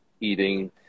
eating